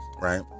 right